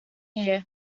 year